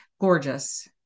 Gorgeous